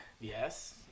Yes